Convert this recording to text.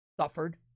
suffered